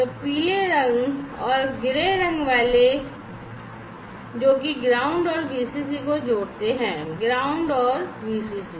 तो पीले रंग और ग्रे रंग वाले वे हैं जो कि ग्राउंड और वीसीसी